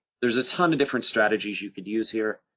there's a ton of different strategies you could use here.